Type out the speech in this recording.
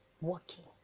working